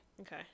okay